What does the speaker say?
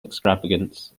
extravagance